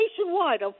nationwide